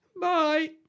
Bye